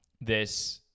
this-